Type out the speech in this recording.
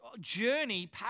journey